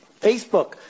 Facebook